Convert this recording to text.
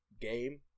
game